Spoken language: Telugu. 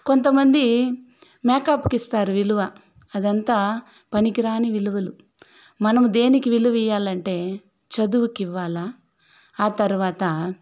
కొంతమంది మేకప్కు ఇస్తారు విలువ అదంతా పనికిరాని విలువలు మనం దేనికి విలువ ఇవ్వాలంటే చదువుకి ఇవ్వాల ఆ తరువాత